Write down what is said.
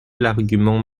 l’argument